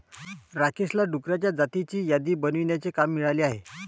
राकेशला डुकरांच्या जातींची यादी बनवण्याचे काम मिळाले आहे